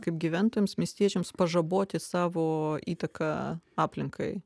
kaip gyventojams miestiečiams pažaboti savo įtaką aplinkai